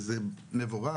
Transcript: וזה מבורך,